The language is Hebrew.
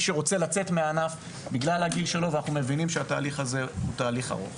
שרוצה לצאת מהענף בגלל הגיל שלו ומבינים שזה תהליך ארוך.